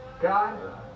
God